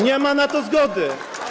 Nie ma na to zgody.